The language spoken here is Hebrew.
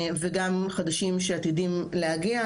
וגם חדשים שעתידים להגיע,